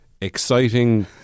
exciting